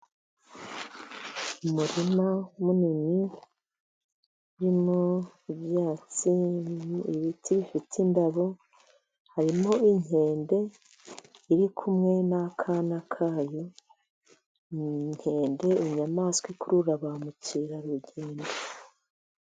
Umurima munini, urimo ibyatsi, ibiti bifite indabo, harimo inkende iri kumwe n'akana kayo, inkende n'inyamaswa ikurura ba mukerarugendo.